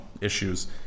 issues